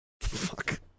Fuck